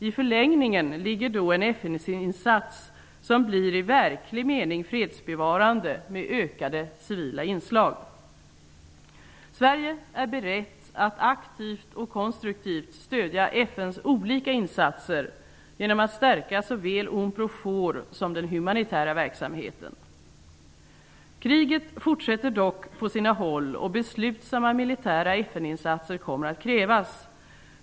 I förlängningen ligger då en FN-insats som i verklig mening blir fredsbevarande med ökade civila inslag. Sverige är berett att aktivt och konstruktivt stödja FN:s olika insatser genom att stärka såväl Kriget fortsätter dock på sina håll, och beslutsamma militära FN-insatser kommer att krävas.